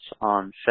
on